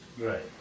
Right